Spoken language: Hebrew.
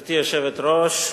גברתי היושבת-ראש,